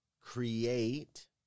create